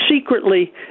secretly